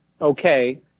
okay